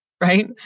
right